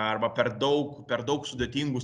arba per daug per daug sudėtingų